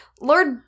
Lord